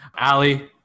Ali